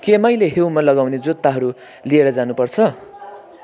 के मैले हिउँमा लगाउने जुत्ताहरू लिएर जानु पर्छ